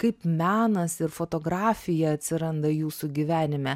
kaip menas ir fotografija atsiranda jūsų gyvenime